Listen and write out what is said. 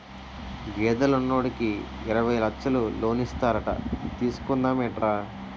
గేదెలు ఉన్నోడికి యిరవై లచ్చలు లోనిస్తారట తీసుకుందా మేట్రా